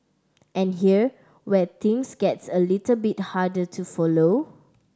and here where things gets a little bit harder to follow